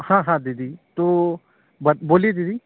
हाँ हाँ दीदी तो बा बोलियए दीदी